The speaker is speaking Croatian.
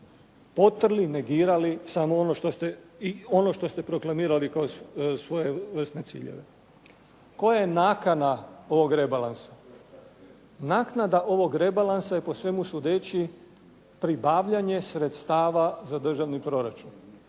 potrli, negirali ono što ste proklamirali kao svojevrsne ciljeve. Koja je nakana ovog rebalansa? Naknada ovog rebalansa je po svemu sudeći pribavljanje sredstava za državni proračun.